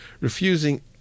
refusing